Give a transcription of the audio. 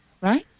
Right